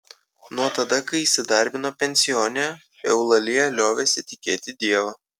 nuo tada kai įsidarbino pensione eulalija liovėsi tikėti dievą